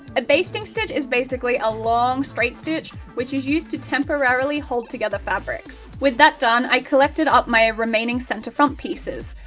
a basting stitch is basically a lonnng straight stitch which is used to temporarily hold together fabrics. with that done, i collected up my remaining centre front pieces.